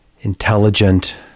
intelligent